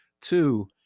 Two